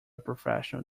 professional